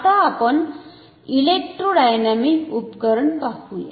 आता आपण इलेक्ट्रोडायनॅमिक उपकरण पाहुया